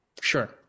Sure